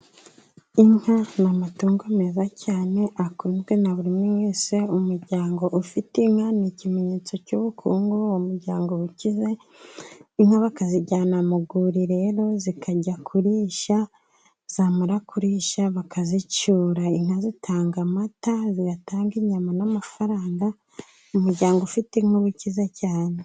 Inka ni amatungo meza cyane, akunzwe na buri wese, umuryango ufite inka, ni ikimenyetso cy'ubukungu, uwo muryango uba ukize. Inka bakazijyana mu rwuri rero zikajyana kurishya zamara kurishya bakazicyura inka zitanga amata, zigatanga inyama, n'amafaranga. Umuryango ufite inka uba ukize cyane.